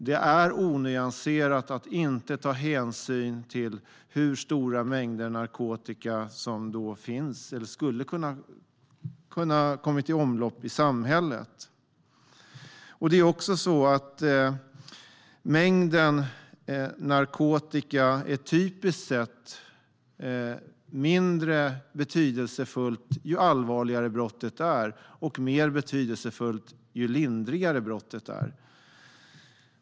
Det är onyanserat att inte ta hänsyn till hur stora mängder narkotika som skulle ha kunnat komma i omlopp i samhället. Mängden narkotika är typiskt sett mindre betydelsefull ju allvarligare brottet är och mer betydelsefull ju lindrigare brottet är.